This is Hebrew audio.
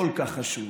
כל כך חשוב.